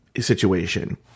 Situation